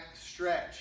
stretch